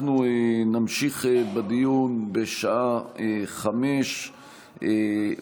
אנחנו נמשיך בדיון בשעה 17:00,